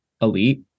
elite